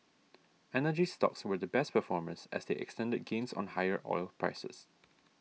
energy stocks were the best performers as they extended gains on higher oil prices